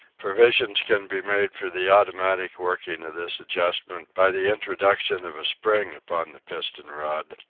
provision can be made for the automatic working of this adjustment by the introduction of a spring upon the piston-rod,